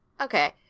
Okay